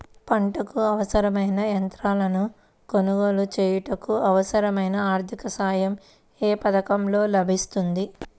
పంటకు అవసరమైన యంత్రాలను కొనగోలు చేయుటకు, అవసరమైన ఆర్థిక సాయం యే పథకంలో లభిస్తుంది?